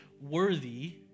worthy